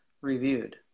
reviewed